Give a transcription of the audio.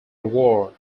war